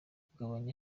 kugabanya